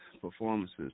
Performances